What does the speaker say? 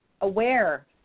aware